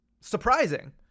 surprising